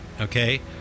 okay